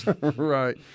Right